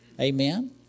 Amen